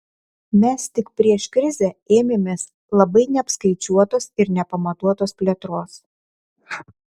mes tik prieš krizę ėmėmės labai neapskaičiuotos ir nepamatuotos plėtros